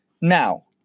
Now